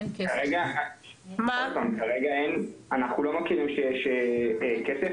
כרגע אנחנו לא מכירים שיש כסף,